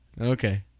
Okay